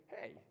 hey